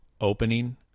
opening